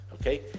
Okay